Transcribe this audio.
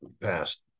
passed